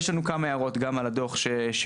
יש לנו כמה הערות גם על הדוח שהועלה,